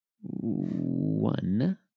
One